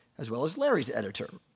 as well as larry's editor.